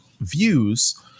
views